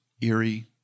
eerie